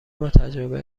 باتجربه